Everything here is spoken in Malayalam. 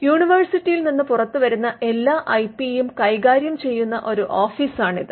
യൂണിവേഴ്സിറ്റിയിൽ നിന്ന് പുറത്തുവരുന്ന എല്ലാ ഐപിയും കൈകാര്യം ചെയ്യുന്ന ഒരു ഓഫീസാണ് ഇത്